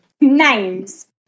Names